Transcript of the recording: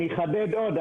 אני אחדד עוד.